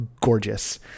gorgeous